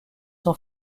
sont